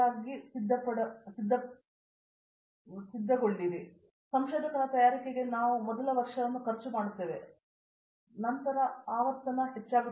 professor Usha Mohan ನೀವು ಉತ್ತಮ ಸಂಶೋಧಕರಾಗಿ ಸಿದ್ಧಪಡಿಸುತ್ತಾ ಸಂಶೋಧಕನ ತಯಾರಿಕೆಗೆ ನಾವು ಮೊದಲ ವರ್ಷವನ್ನು ಖರ್ಚುಮಾಡುತ್ತೇವೆ ಮತ್ತು ಅದು ಆವರ್ತನ ಹೆಚ್ಚಾಗುತ್ತಿದೆ